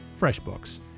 FreshBooks